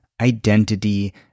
identity